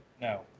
no